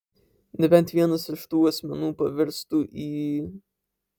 nebent vienas iš tų asmenų pavirstų į